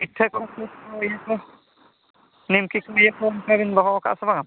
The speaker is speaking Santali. ᱯᱤᱴᱷᱟᱹ ᱤᱭᱟᱹ ᱠᱚ ᱱᱤᱢᱠᱤ ᱠᱚ ᱤᱭᱟᱹ ᱠᱚ ᱚᱱᱠᱟ ᱵᱤᱱ ᱫᱚᱦᱚ ᱠᱟᱜᱼᱟ ᱥᱮ ᱵᱟᱝᱼᱟ